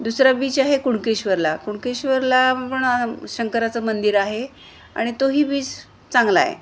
दुसरा बीच आहे कुणकेश्वरला कुणकेश्वरला पण शंकराचं मंदिर आहे आणि तोही बीच चांगला आहे